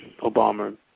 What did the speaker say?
Obama